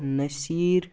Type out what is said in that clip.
Naseer